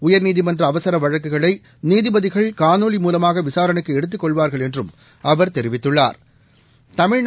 உயர்நீதிமன்ற அவசர வழக்குகளை நீதிபதிகள் காணொலி மூலமாக விசாரணைக்கு எடுத்துக் கொள்வாா்கள் என்றும் அவா் தெரிவித்துள்ளாா்